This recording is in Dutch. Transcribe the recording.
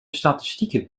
statistieken